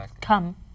Come